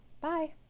Bye